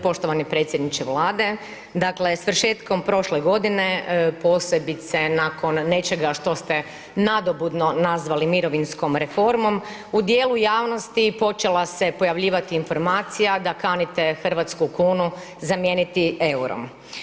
Poštovani predsjedniče Vlade, dakle svršetkom prošle godine posebice nakon nečega što ste nadobudno nazvali mirovinskom reformom, u djelu javnosti počela se pojavljivati informacija da kanite hrvatsku kunu zamijeniti eurom.